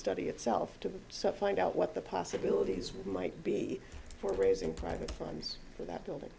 study itself to find out what the possibilities might be for raising private funds for that building